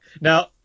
Now